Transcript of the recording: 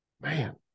man